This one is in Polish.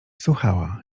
słuchała